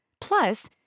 Plus